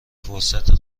فرصتی